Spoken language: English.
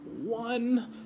one